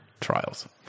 trials